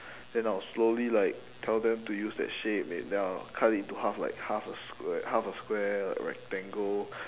then I will slowly like tell them to use that shape then I will like cut it into half like half a s~ half a square a rectangle